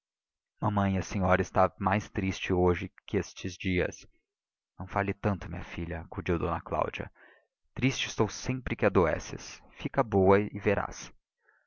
mamãe a senhora está mais triste hoje que estes dias não fales tanto minha filha acudiu d cláudia triste estou sempre que adoeces fica boa e verás